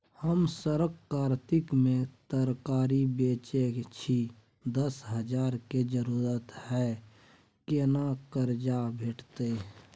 हम सरक कातिक में तरकारी बेचै छी, दस हजार के जरूरत हय केना कर्जा भेटतै?